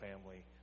family